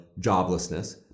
joblessness